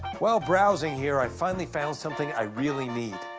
while browsing here, i finally found something i really need